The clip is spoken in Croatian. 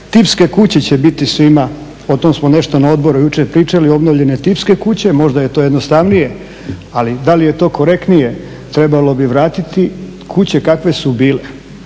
tipske kuće će biti svima, o tom smo nešto na odboru jučer pričali, obnovljene tipske kuće, možda je to jednostavnije, ali da li je to korektnije? Trebalo bi vratiti kuće kakve su bile,